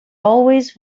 always